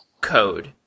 code